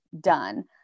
done